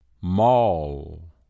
Mall